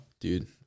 Dude